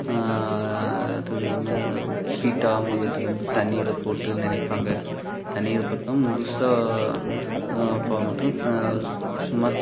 அது இல்லாமல் ஹீட் ஆகாம இருக்கிறத்துக்கு வந்து தண்ணியில் போட்டு நனைப்பாங்க தண்ணியில் போட்டுன்னால் முழுசா போடமாட்டாங்க சு சும்மா